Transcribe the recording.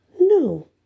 No